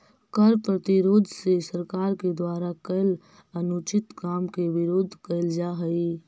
कर प्रतिरोध से सरकार के द्वारा कैल अनुचित काम के विरोध कैल जा हई